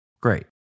great